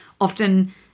often